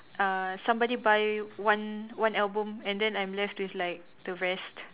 uh somebody buy one one album and then I'm left with like the rest